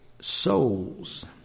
souls